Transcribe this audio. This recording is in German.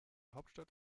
hauptstadt